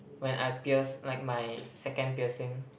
when I pierce like my second piercing